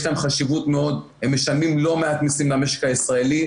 יש להם חשיבות מאוד הם משלמים לא מעט מיסים למשק הישראלי,